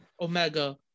Omega